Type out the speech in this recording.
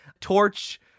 torch